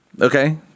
Okay